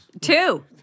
Two